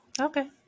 Okay